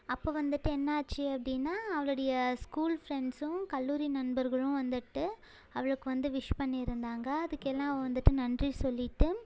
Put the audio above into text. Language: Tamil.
அப்போ வந்துட்டு என்ன ஆச்சு அப்படின்னா அவளுடைய ஸ்கூல் ஃப்ரெண்ட்ஸும் கல்லூரி நண்பர்களும் வந்துட்டு அவளுக்கு வந்து விஷ் பண்ணியிருந்தாங்க அதுக்கெல்லாம் அவள் வந்துட்டு நன்றி சொல்லிவிட்டு